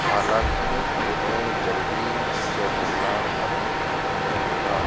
हालाँकि उन्हें जल्दी से मुड़ना अधिक कठिन लगेगा